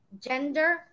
gender